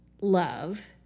love